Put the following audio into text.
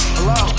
Hello